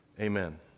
Amen